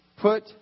put